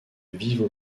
vives